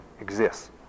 exists